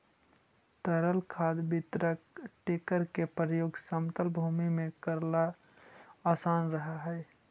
तरल खाद वितरक टेंकर के प्रयोग समतल भूमि में कऽरेला असान रहऽ हई